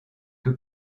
que